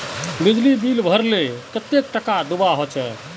बिजली बिल भरले कतेक टाका दूबा होचे?